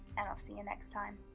and i'll see you next time.